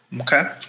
Okay